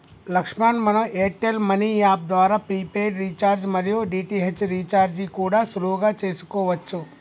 లక్ష్మణ్ మనం Airtel money app ద్వారా prepaid recharge మరియు డి.టి.హెచ్ రీఛార్జి కూడా సులువుగా చేసుకోవచ్చు